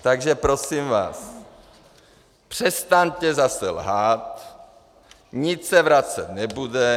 Takže prosím vás, přestaňte zase lhát, nic se vracet nebude.